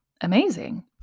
amazing